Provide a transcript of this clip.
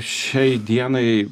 šiai dienai